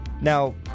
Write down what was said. Now